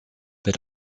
but